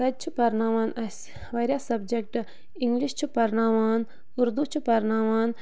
تَتہِ چھِ پَرناوان اَسہِ واریاہ سَبجَکٹ اِنٛگلِش چھِ پَرناوان اُردو چھُ پَرناوان